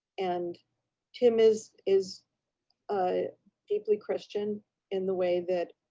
and tim is is a deeply christian in the way that